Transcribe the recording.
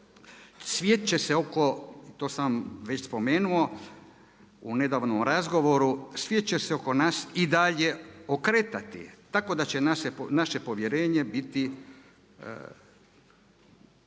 svijet će se oko nas i dalje okretati tako da će naše povjerenje biti